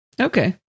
Okay